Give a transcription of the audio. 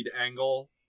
angle